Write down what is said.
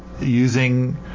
using